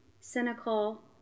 cynical